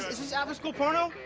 is this after-school porno?